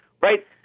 Right